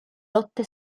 lotte